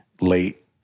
late